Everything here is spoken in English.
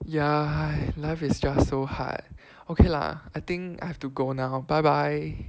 ya !hais! life is just so hard okay lah I think I have to go now bye bye